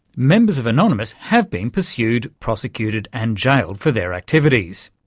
members of anonymous have been pursued, prosecuted and jailed for their activities.